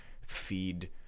feed